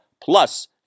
plus